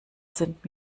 sind